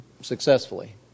successfully